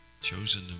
Chosen